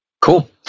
cool